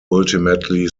ultimately